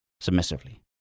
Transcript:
submissively